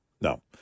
No